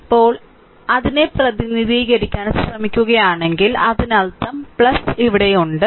ഇപ്പോൾ അതിനെ പ്രതിനിധീകരിക്കാൻ ശ്രമിക്കുകയാണെങ്കിൽ അതിനർത്ഥം ഇവിടെയുണ്ട്